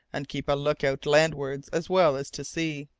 and keep a look-out landwards as well as to sea.